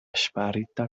ŝparita